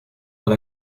dans